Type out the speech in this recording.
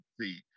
see